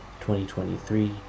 2023